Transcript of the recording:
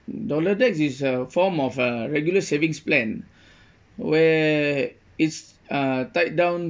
dollar DEX is a form of a regular savings plan where it's uh tied down